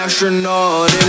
Astronaut